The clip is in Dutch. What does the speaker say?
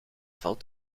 valt